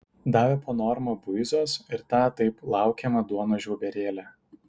davė po normą buizos ir tą taip laukiamą duonos žiauberėlę